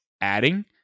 adding